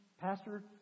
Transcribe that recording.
pastor